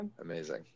Amazing